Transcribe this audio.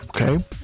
okay